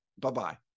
Bye-bye